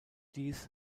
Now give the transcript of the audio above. dies